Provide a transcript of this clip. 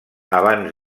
abans